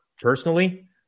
personally